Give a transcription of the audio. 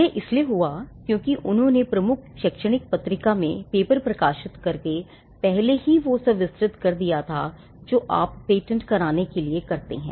यह इसलिए हुआ क्योंकि उन्होंने प्रमुख शैक्षणिक पत्रिका में पेपर प्रकाशित करके पहले ही वो सब विस्तृत कर दिया था जो आप पेटेंट कराने के लिए करते हैं